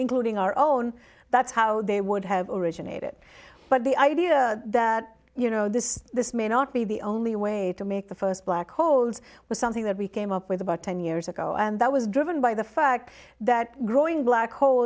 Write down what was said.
including our own that's how they would have originated but the idea that you know this this may not be the only way to make the first black holes was something that we came up with about ten years ago and that was driven by the fact that growing black hole